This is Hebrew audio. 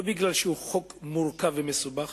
לא בגלל שזה חוק מורכב ומסובך,